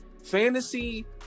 Fantasy